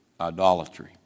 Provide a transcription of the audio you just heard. idolatry